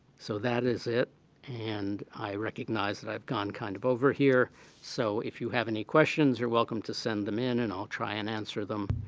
so that is it and i recognize that i've gone, kind of, over here so if you have any questions, you're welcome to send them in and i'll try and answer them.